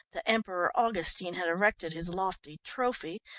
the emperor augustine had erected his lofty trophy,